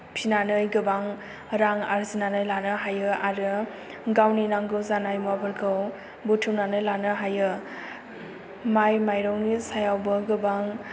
फिनानै गोबां रां आरजिनानै लानो हायो आरो गावनि नांगौ जानाय मुवाफोरखौ बुथुमनानै लानो हायो माइ माइरंनि सायावबो गोबां